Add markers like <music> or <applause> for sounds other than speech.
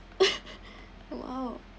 <noise> !wow!